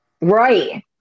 Right